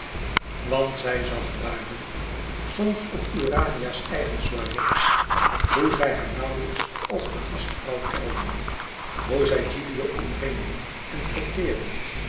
want zij zag duidelijk soms op urania's eigen soirées hoe zij haar nauwlijks als de gastvrouw telden hoe zij gilio omringden en fêteerden